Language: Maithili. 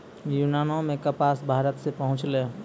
यूनानो मे कपास भारते से पहुँचलै